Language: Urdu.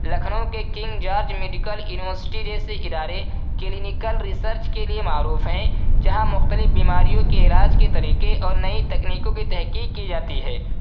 لکھنؤ کے کنگ جارج میڈیکل اینوسٹی جیسے ادارے کلینیکل ریسرچ کے لیے معروف ہیں جہاں مختلف بیماریوں کے علاج کے طریقے اور نئے تکنیکوں کے تحقیق کی جاتی ہے